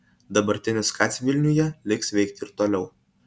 dabartinis kac vilniuje liks veikti ir toliau